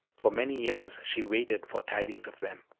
for many years she waited for tidings of them.